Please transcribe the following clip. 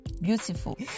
beautiful